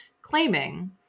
claiming